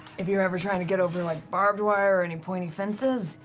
if you're ever trying to get over like barbed-wire or any pointy fences,